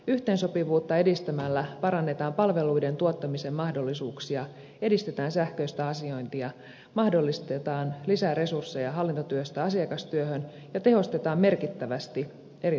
yhteensopivuutta edistämällä parannetaan palveluiden tuottamisen mahdollisuuksia edistetään sähköistä asiointia mahdollistetaan lisäresursseja hallintotyöstä asiakastyöhön ja tehostetaan merkittävästi eri toimintoja